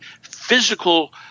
physical